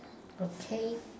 okay